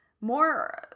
more